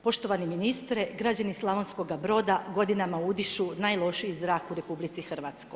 Poštovani ministre, građani Slavonskoga Broda godinama udišu najlošiji zrak u RH.